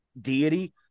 deity